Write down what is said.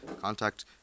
Contact